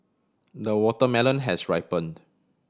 the watermelon has ripened